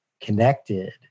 connected